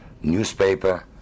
newspaper